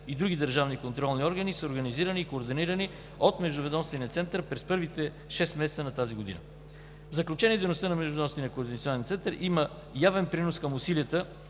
и други държавни контролни органи са организирани и координирани от Междуведомствения център през първите шест месеца на тази година. В заключение, дейността на Междуведомствения координационен център има явен принос към усилията